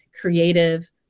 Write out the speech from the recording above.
creative